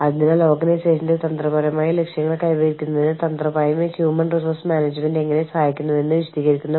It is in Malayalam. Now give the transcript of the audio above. പ്രാദേശിക ബിസിനസ്സ് യൂണിറ്റുകൾ അവരെ നിസ്സാരമായി കാണാതെ ആസ്ഥാനത്ത് നിന്നുള്ള എക്സിക്യൂട്ടീവ് സന്ദർശനങ്ങളിൽ ഉൾപ്പെടുത്തണം എന്ന് പ്രതീക്ഷിക്കുന്നു